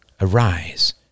arise